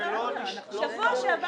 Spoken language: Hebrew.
בשבוע שעבר